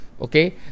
okay